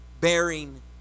bearing